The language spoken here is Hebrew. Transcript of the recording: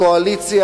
הקואליציה,